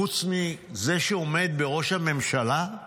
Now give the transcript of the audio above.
חוץ מזה שעומד בראש הממשלה.